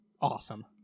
awesome